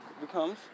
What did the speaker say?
becomes